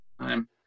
time